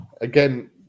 again